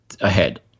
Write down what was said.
ahead